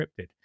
encrypted